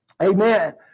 Amen